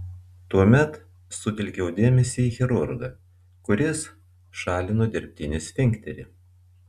tuomet sutelkiau dėmesį į chirurgą kuris šalino dirbtinį sfinkterį